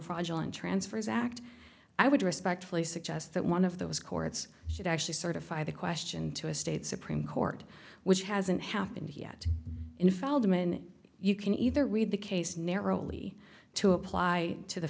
fraudulent transfers act i would respectfully suggest that one of those courts should actually certify the question to a state supreme court which hasn't happened yet in feldman you can either read the case narrowly to apply to the